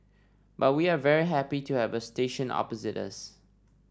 but we are very happy to have a station opposite us